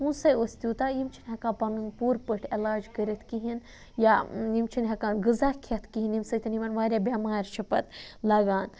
پونٛسَے اوس تیوٗتاہ یِم چھِنہٕ ہٮ۪کان پَنُن پوٗرٕ پٲٹھۍ علاج کٔرِتھ کِہیٖنۍ یا یِم چھِنہٕ ہٮ۪کان غذا کھٮ۪تھ کِہیٖنۍ ییٚمہِ سۭتۍ یِمَن واریاہ بٮ۪مارِ چھےٚ پَتہٕ لَگان